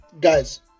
Guys